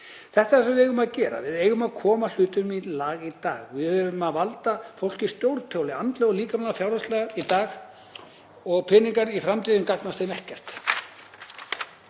Þetta er það sem við eigum að gera, við eigum að koma hlutunum í lag í dag. Við erum að valda fólki stórtjóni andlega, líkamlega og fjárhagslega í dag og peningar í framtíðinni gagnast því ekkert.